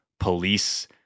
police